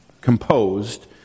composed